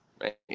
right